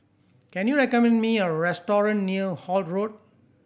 can you recommend me a restaurant near Holt Road